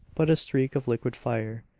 but a streak of liquid fire,